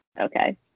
Okay